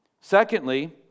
Secondly